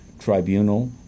tribunal